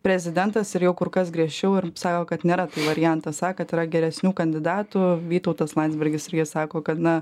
prezidentas ir jau kur kas griežčiau ir sako kad nėra variantas a kad yra geresnių kandidatų vytautas landsbergis irgi sako kad na